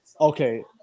Okay